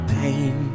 pain